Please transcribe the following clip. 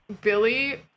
Billy